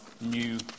new